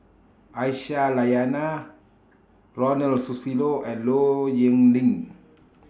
Aisyah Lyana Ronald Susilo and Low Yen Ling